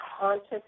conscious